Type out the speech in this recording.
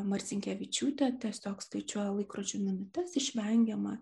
marcinkevičiūtė tiesiog skaičiuoja laikrodžio minutes vengiama